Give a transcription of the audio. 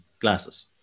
glasses